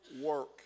work